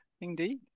indeed